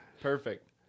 Perfect